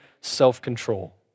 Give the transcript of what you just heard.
self-control